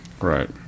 right